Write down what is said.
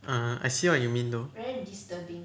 ah I see what you mean though